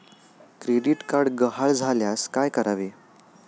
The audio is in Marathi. क्रेडिट कार्ड गहाळ झाल्यास काय करावे?